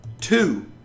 Two